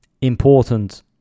important